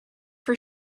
for